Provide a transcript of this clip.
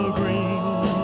green